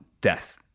death